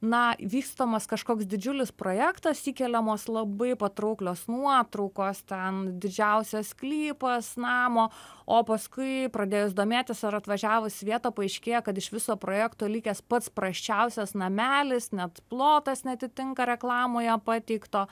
na vystomas kažkoks didžiulis projektas įkeliamos labai patrauklios nuotraukos ten didžiausias sklypas namo o paskui pradėjus domėtis ar atvažiavus į vietą paaiškėja kad iš viso projekto likęs pats prasčiausias namelis net plotas neatitinka reklamoje pateikto